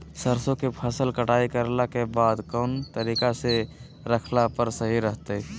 सरसों के फसल कटाई करला के बाद कौन तरीका से रखला पर सही रहतय?